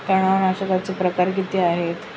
तणनाशकाचे प्रकार किती आहेत?